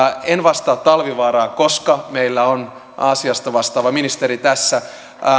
en vastaa talvivaarasta koska meillä on asiasta vastaava ministeri tässä